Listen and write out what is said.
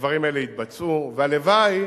והדברים האלה יתבצעו, והלוואי